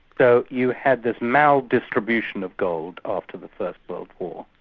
so you had this maldistribution of gold after the first world war.